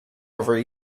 over